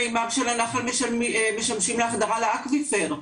מימיו של הנחל משמשים להחדרה לאקוויפר,